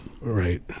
Right